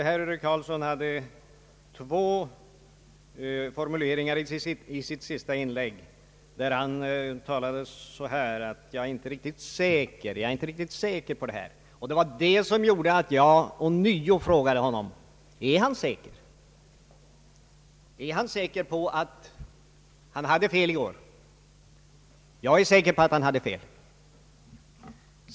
Herr talman! I sitt förra inlägg använde herr Göran Karlsson vid två tillfällen formuleringen: Jag är inte riktigt säker på det här. Det var det som gjorde att jag ånyo frågade honom, om han var säker på att han hade fel i går. Jag är säker på att han hade det.